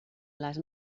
les